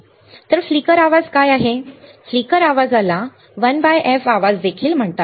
तर फ्लिकर आवाज काय आहे फ्लिकर आवाजाला 1f आवाज देखील म्हणतात